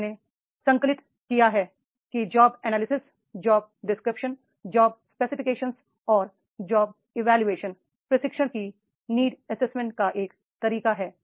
मैंने संकलित किया है कि job analysis job description job specification और जॉब इवोल्यूशन प्रशिक्षण की नीड एसेसमेंट का एक तरीका है